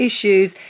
issues